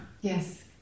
Yes